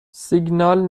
سیگنال